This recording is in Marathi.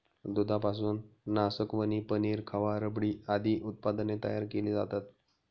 दुधापासून नासकवणी, पनीर, खवा, रबडी आदी उत्पादने तयार केली जातात